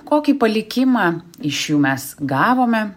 kokį palikimą iš jų mes gavome